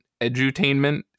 edutainment